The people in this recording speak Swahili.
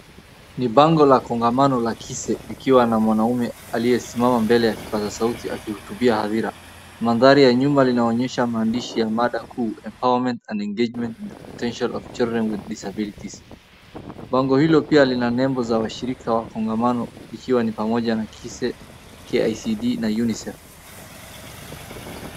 Ni bango la kongamano la Kise likiwa na mwanaume aliyesimama mbele ya kipaza sauti akihutubia hadhira. Madhari ya nyuma linaonyesha maandishi ya mada kuu, Empowerment and Engagement in Potential of Children with Disabilities. Bango hilo pia lina nembo za washirika wa kongomano ikiwa ni pamoja na KISE, KICD na UNICEF.